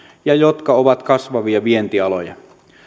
ja jotka ovat kasvavia vientialoja